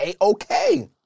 okay